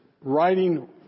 writing